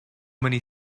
many